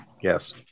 Yes